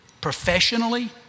professionally